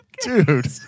Dude